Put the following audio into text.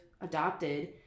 adopted